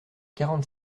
quarante